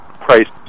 priced